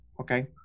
Okay